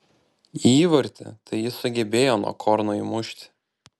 įvartį tai jis sugebėjo nuo korno įmušti